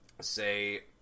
say